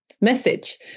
message